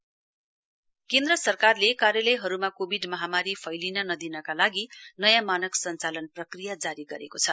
centre S O P केन्द्र सरकारले कार्यलयहरुमा कोविड महामारी फैलिन नदिनका लागि नयाँ मानक सञ्चालन प्रक्रिया जारी गरेको छ